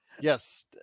yes